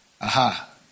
Aha